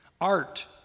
Art